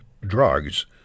drugs